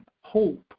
hope